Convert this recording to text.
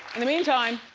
in the meantime,